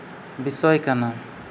ᱵᱤᱥᱚᱭ ᱠᱟᱱᱟ